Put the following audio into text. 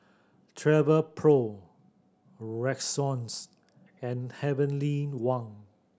Travelpro Rexona and Heavenly Wang